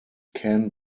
can